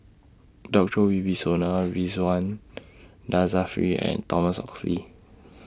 Djoko Wibisono Ridzwan Dzafir and Thomas Oxley